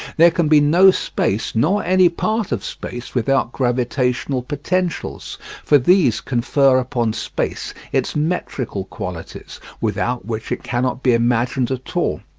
there can be no space nor any part of space without gravitational potentials for these confer upon space its metrical qualities, without which it cannot be imagined at all.